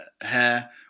hair